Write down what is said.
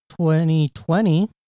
2020